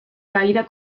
caída